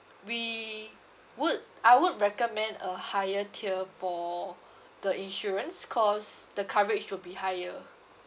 we would I would recommend a higher tier for the insurance cause the coverage will be higher